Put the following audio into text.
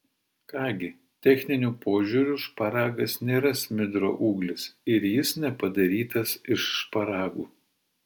ką gi techniniu požiūriu šparagas nėra smidro ūglis ir jis nepadarytas iš šparagų